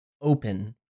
open